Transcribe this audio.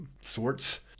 sorts